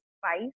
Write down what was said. spice